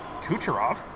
Kucherov